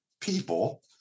people